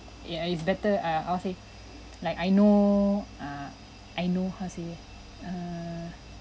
ya it's better uh I'll say like I know uh I know how to say err